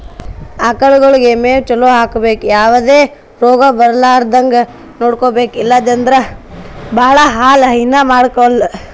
ಆಕಳಗೊಳಿಗ್ ಮೇವ್ ಚಲೋ ಹಾಕ್ಬೇಕ್ ಯಾವದೇ ರೋಗ್ ಬರಲಾರದಂಗ್ ನೋಡ್ಕೊಬೆಕ್ ಇಲ್ಲಂದ್ರ ಭಾಳ ಹಾಲ್ ಹೈನಾ ಮಾಡಕ್ಕಾಗಲ್